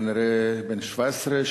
כנראה בן 17,